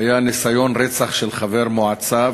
היה בלוד ניסיון רצח של חבר מועצה,